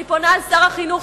אני פונה לשר החינוך,